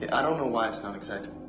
i don't know why it's not exact.